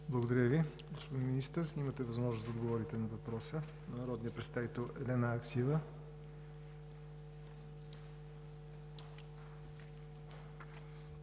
Благодаря Ви. Господин Министър, имате възможност да отговорите на въпроса на народния представител Елена Аксиева.